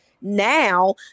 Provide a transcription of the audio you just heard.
now